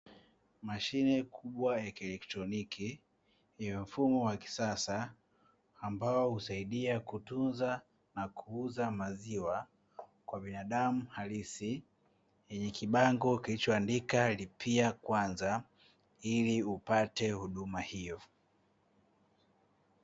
Mashine kubwa ya kielektroniki yenye mfumo wa kisasa ambao husaidia kutunza na kuuza maziwa kwa binadamu halisi, yenye kibango kilichoandika "lipia kwanza" ili upate huduma hiyo.